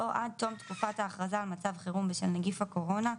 או עד תום תקופת ההכרזה מצב חירום בשל נגיף הקורונה,